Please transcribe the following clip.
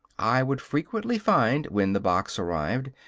i would frequently find, when the box arrived,